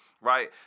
right